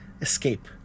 escape